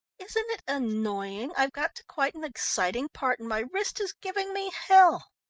isn't it annoying. i've got to quite an exciting part, and my wrist is giving me hell.